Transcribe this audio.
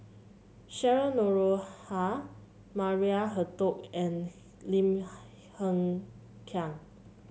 Cheryl Noronha Maria Hertogh and Lim Hng Kiang